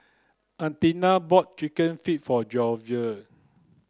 Anita bought chicken feet for Georgie